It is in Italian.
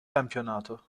campionato